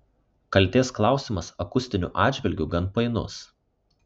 kaltės klausimas akustiniu atžvilgiu gan painus